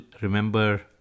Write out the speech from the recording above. remember